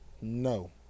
No